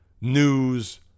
news